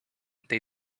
they